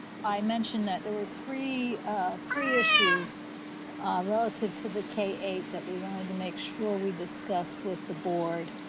i mentioned that there were three three issues relative to the k eight that we wanted to make sure we discussed with the board,